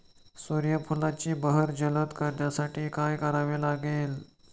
सूर्यफुलाची बहर जलद करण्यासाठी काय करावे लागेल?